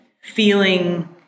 feeling